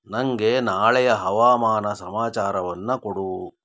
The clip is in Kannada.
ನನಗೆ ನಾಳೆಯ ಹವಾಮಾನ ಸಮಾಚಾರವನ್ನ ಕೊಡು